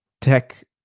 tech